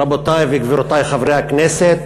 רבותי וגבירותי חברי הכנסת,